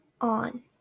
on